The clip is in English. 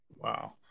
Wow